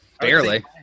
barely